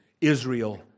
Israel